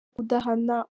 kudahana